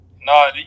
No